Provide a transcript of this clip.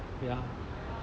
ya